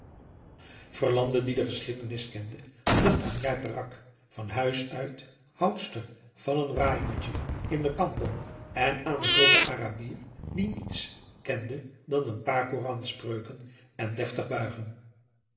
verlande die de geschiedenis kende dacht aan njai peraq van huis uit houdster van n warongje in de kampong en aan den grooten arabier die niets kende dan n paar koranspreuken en deftig buigen